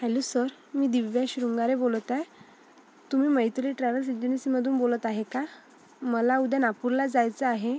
hello sir मी दिव्या शृंगारे बोलत आहे तुम्ही मैत्री ट्रॅवल्स एजन्सीमधून बोलत आहे का मला उद्या नागपूरला जायचं आहे